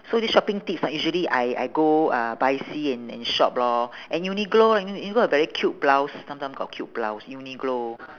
so this shopping tips ah usually I I go uh bicey and and shop lor and uniqlo u~ uniqlo have very cute blouse sometime got cute blouse uniqlo